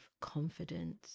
confidence